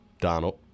Donald